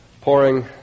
pouring